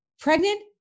pregnant